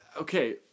okay